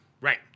Right